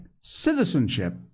citizenship